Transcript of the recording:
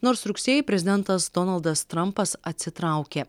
nors rugsėjį prezidentas donaldas trampas atsitraukė